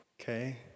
Okay